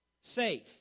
Safe